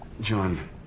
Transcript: John